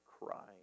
crying